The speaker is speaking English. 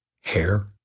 Hair